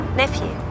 nephew